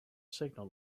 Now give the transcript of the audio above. signal